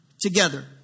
together